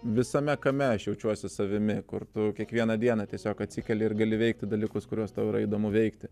visame kame aš jaučiuosi savimi kur tu kiekvieną dieną tiesiog atsikeli ir gali veikti dalykus kuriuos tau yra įdomu veikti